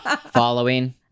Following